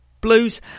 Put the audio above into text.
blues